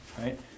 right